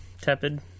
tepid